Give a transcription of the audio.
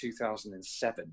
2007